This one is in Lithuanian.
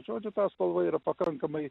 žodžiu ta spalva yra pakankamai